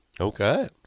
Okay